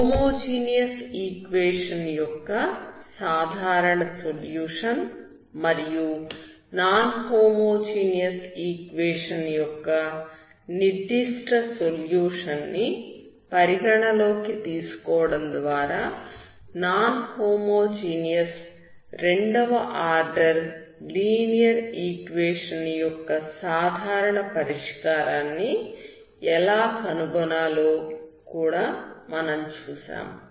homogeneous equation యొక్క సాధారణ solution మరియు నాన్ హోమోజీనియస్ ఈక్వేషన్ యొక్క నిర్దిష్ట సొల్యూషన్ ని పరిగణలోకి తీసుకోవడం ద్వారా నాన్ హోమోజీనియస్ రెండవ ఆర్డర్ లీనియర్ ఈక్వేషన్ యొక్క సాధారణ పరిష్కారాన్ని ఎలా కనుగొనాలో కూడా మనం చూశాము